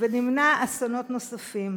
ונמנע אסונות נוספים?